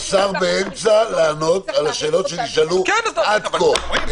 השר באמצע לענות לשאלות שנשאלו עד כה.